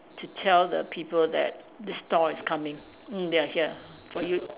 to tell the people that the stall is coming mm they are here for you